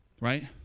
right